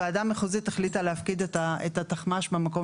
הוועדה המחוזית החליטה להפקיד את התחמ"ש במקום